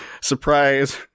Surprise